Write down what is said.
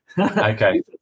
Okay